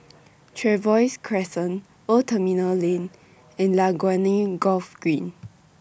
Trevose Crescent Old Terminal Lane and Laguna Golf Green